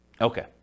Okay